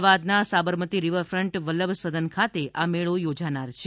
અમદાવાદના સાબરમતી રિવરફ્રન્ટ વલ્લભ સદન ખાતે આ મેળો યોજાનાર છે